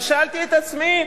אבל שאלתי את עצמי,